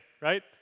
Right